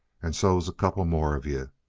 and so's a couple more of you.